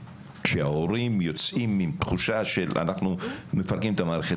כשההורים יוצאים עם תחושה של "אנחנו מפרקים את המערכת",